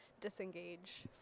disengage